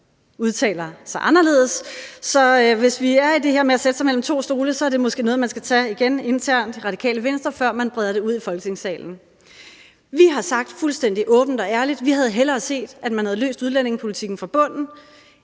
udtaler sig anderledes, så hvis vi er i det her med at sætte sig mellem to stole, er det måske noget, man skal tage igen internt i Det Radikale Venstre, før man breder det ud i Folketingssalen. Vi har fuldstændig åbent og ærligt sagt, at vi hellere havde set, at man havde løst udlændingepolitikken fra bunden